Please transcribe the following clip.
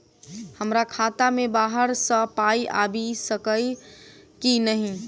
हमरा खाता मे बाहर सऽ पाई आबि सकइय की नहि?